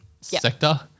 sector